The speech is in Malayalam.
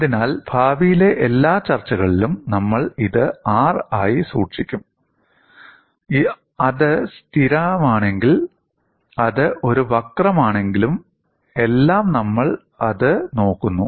അതിനാൽ ഭാവിയിലെ എല്ലാ ചർച്ചകളിലും നമ്മൾ ഇത് R ആയി സൂക്ഷിക്കും അത് സ്ഥിരമാണെങ്കിൽ അത് ഒരു വക്രമാണെങ്കിലും എല്ലാം നമ്മൾ അത് നോക്കുന്നു